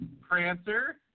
Prancer